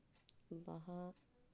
ᱵᱟᱦᱟ